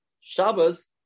Shabbos